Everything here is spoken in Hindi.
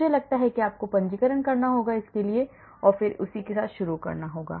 मुझे लगता है कि आपको पंजीकरण करना होगा इत्यादि और फिर उसी के साथ खेलना शुरू करना होगा